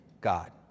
God